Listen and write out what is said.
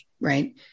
right